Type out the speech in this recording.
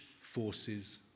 forces